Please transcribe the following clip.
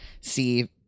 see